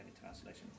translation